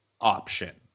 option